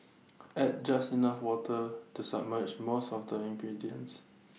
add just enough water to submerge most of the ingredients